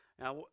Now